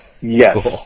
Yes